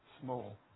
small